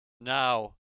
Now –